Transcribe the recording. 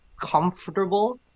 comfortable